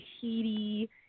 Tahiti